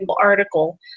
article